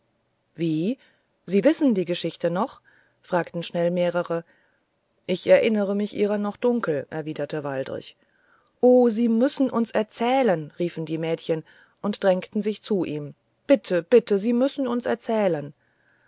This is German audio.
wie wissen sie die geschichte noch fragten schnell mehrere ich erinnere mich ihrer noch dunkel erwiderte waldrich oh sie müssen uns erzählen riefen die mädchen und drängten sich zu ihm bitte bitte sie müssen uns erzählen